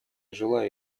желаю